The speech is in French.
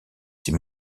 ses